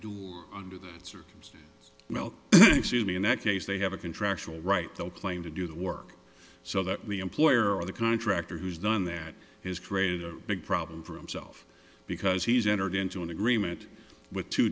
do under that circumstance well sumi in that case they have a contractual right they'll claim to do the work so that we employer or the contractor who's done that has created a big problem for himself because he's entered into an agreement with two